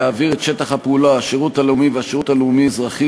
להעביר את שטח הפעולה: השירות הלאומי והשירות הלאומי-אזרחי